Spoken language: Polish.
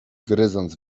gryząc